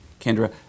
Kendra